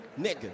nigga